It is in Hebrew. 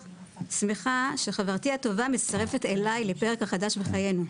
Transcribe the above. שמחה שחברתי הטובה מצטרפת אליי לפרק החדש בחיינו.